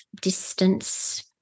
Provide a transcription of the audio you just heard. distance